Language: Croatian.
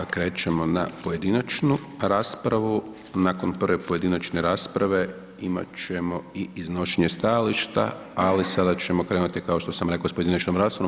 Krećemo na pojedinačnu raspravu, nakon prve pojedinačne rasprave, imat ćemo i iznošenje stajališta, ali sada ćemo krenuti, kao što sam rekao, s pojedinačnom raspravom.